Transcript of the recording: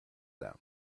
them